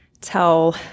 tell